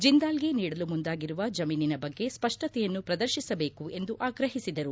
ಜಿಂದಾಲ್ಗೆ ನೀಡಲು ಮುಂದಾಗಿರುವ ಜಮೀನಿನ ಬಗ್ಗೆ ಸ್ಪಷ್ಟತೆಯನ್ನು ಪ್ರದರ್ಶಿಸಬೇಕು ಎಂದು ಆಗ್ರಹಿಸಿದರು